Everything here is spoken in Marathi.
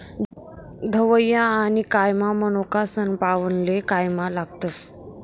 धवया आनी काया मनोका सनपावनले कायम लागतस